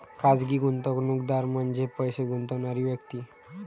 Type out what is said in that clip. खाजगी गुंतवणूकदार म्हणजे पैसे गुंतवणारी व्यक्ती